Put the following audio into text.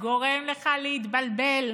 גורם לך להתבלבל.